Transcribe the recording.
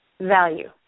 value